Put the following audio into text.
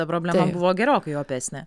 ta problema buvo gerokai opesnė